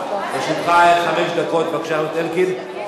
זה סוף הדיון, נגמרו ההצבעות.